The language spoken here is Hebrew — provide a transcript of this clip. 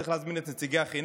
צריך להזמין את נציגי החינוך